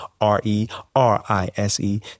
R-E-R-I-S-E